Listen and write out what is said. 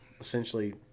essentially